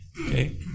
Okay